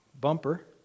Bumper